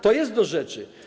To jest do rzeczy.